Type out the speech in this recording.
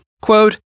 quote